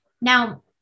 Now